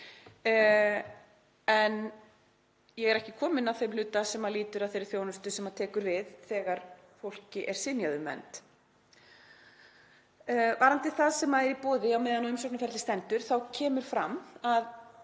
En ég er ekki komin að þeim hluta sem lýtur að þeirri þjónustu sem tekur við þegar fólki er synjað um vernd. Varðandi það sem er í boði meðan á umsóknarferli stendur þá kemur fram að